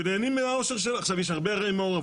יש הרבה ערים מעורבות.